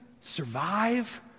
survive